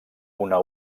una